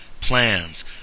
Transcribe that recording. plans